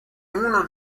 uno